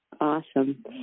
Awesome